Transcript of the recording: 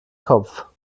kopf